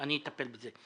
אני אטפל בזה.